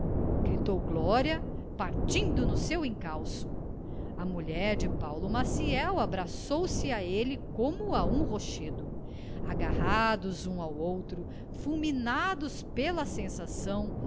gritou gloria partindo no seu encalço a mulher de paulo maciel abraçou-se a elle omo a um rochedo agarrados um ao outro fulminados pela sensação